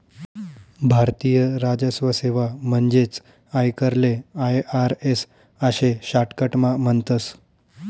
भारतीय राजस्व सेवा म्हणजेच आयकरले आय.आर.एस आशे शाटकटमा म्हणतस